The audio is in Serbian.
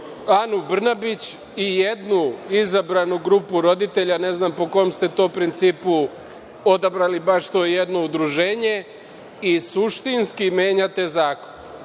Anu Brnabić i jednu izabranu grupu roditelja, ne znam po kom ste to principu odabrali baš to jedno udruženje, i suštinski menjate zakon.